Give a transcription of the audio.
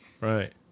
right